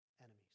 enemies